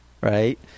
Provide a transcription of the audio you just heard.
right